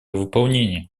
выполнение